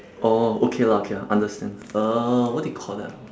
orh okay lah okay lah understand uh what do you call that